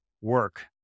work